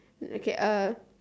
okay uh